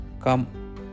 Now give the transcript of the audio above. come